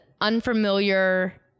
unfamiliar